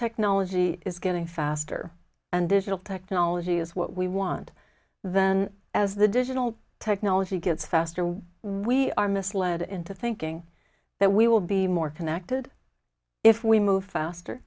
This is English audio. technology is getting faster and digital technology is what we want then as the digital technology gets faster and we are misled into thinking that we will be more connected if we move faster